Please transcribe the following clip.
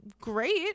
great